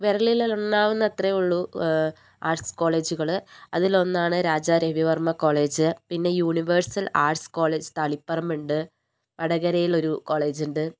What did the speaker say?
വിരളിൽ എണ്ണാവുന്നത്രയെ ഉള്ളൂ ആർട്സ് കോളേജുകൾ അതിലൊന്നാണ് രാജാരവിവർമ്മ കോളേജ് പിന്നെ യൂണിവേഴ്സൽ ആർട്സ് കോളേജ് തളിപ്പറമ്പ് ഉണ്ട് വടകരയിൽ ഒരു കോളേജുണ്ട്